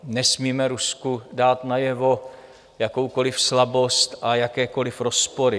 Nesmíme Rusku dát najevo jakoukoli slabost a jakékoli rozpory.